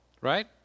right